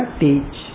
teach